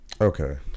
Okay